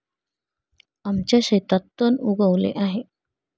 आमच्या शेतात तण उगवले आहे